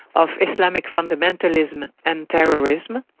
of islamic fundamentalism and terrorism,